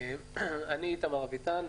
שמי איתמר אביטן,